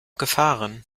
gefahren